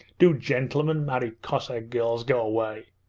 do gentlemen marry cossack girls? go away